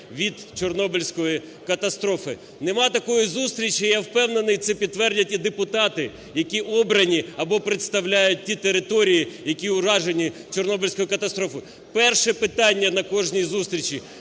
від Чорнобильської катастрофи. Нема такої зустрічі, я впевнений, це підтвердять і депутати, які обрані або представляють ті території, які уражені Чорнобильською катастрофою. Перше питання на кожній зустрічі: